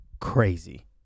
crazy